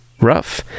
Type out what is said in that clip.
rough